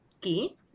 key